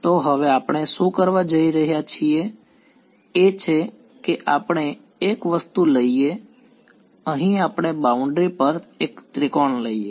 તો હવે આપણે શું કરવા જઈ રહ્યા છીએ એ છે કે આપણે એક વસ્તુ લઈએ અહીં આપણે બાઉન્ડ્રી પર એક ત્રિકોણ લઈએ